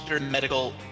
medical